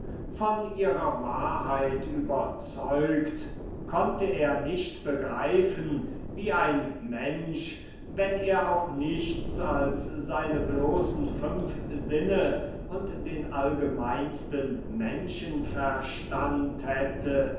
von ihrer wahrheit überzeugt konnte er nicht begreifen wie ein mensch wenn er auch nichts als seine bloßen fünf sinne und den allgemeinsten menschenverstand hätte